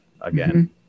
again